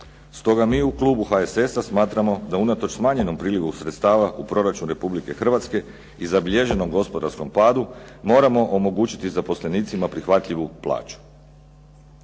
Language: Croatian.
Stoga mi u klubu HSS-a smatramo da unatoč smanjenom prilivu sredstava u proračun Republike Hrvatske i zabilježenom gospodarskom padu moramo omogućiti zaposlenicima prihvatljivu plaću.